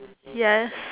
yes